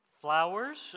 Flowers